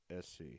SC